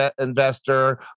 investor